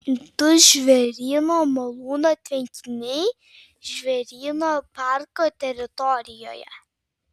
du žvėryno malūno tvenkiniai žvėryno parko teritorijoje